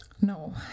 No